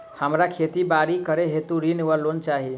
हमरा खेती बाड़ी करै हेतु ऋण वा लोन चाहि?